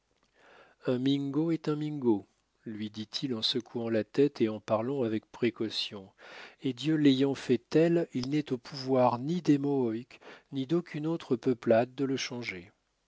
un mingo est un mingo lui dit-il en secouant la tête et en parlant avec précaution et dieu l'ayant fait tel il n'est au pouvoir ni des mohawks ni d'aucune autre peuplade de le changer